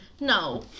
no